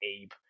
Abe